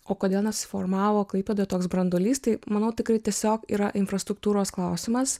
o kodėl nesusiformavo klaipėdoj toks branduolys tai manau tikrai tiesiog yra infrastruktūros klausimas